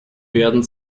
werden